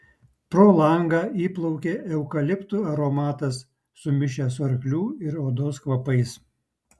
pro langą įplaukė eukaliptų aromatas sumišęs su arklių ir odos kvapais